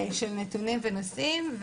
של נתונים ונושאים,